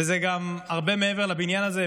וזה גם הרבה מעבר לבניין הזה.